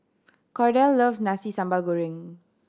Cordell loves Nasi Sambal Goreng